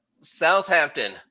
Southampton